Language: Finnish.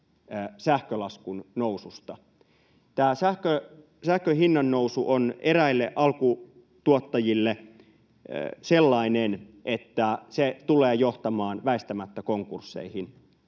sähkölaskun noususta. Tämä sähkön hinnan nousu on eräille alkutuottajille sellainen, että se tulee johtamaan väistämättä konkursseihin.